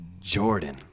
Jordan